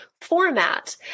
format